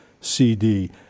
CD